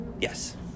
yes